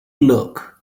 look